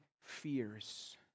fears